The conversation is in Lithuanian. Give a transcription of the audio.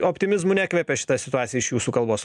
optimizmu nekvepia šita situacija iš jūsų kalbos